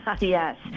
Yes